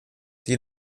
die